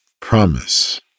promise